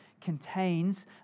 contains